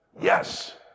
Yes